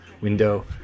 window